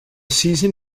season